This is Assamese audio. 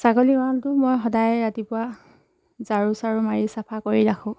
ছাগলী গঁৰালটো মই সদায় ৰাতিপুৱা ঝাৰু চাৰু মাৰি চাফা কৰি ৰাখোঁ